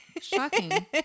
Shocking